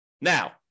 Now